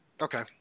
Okay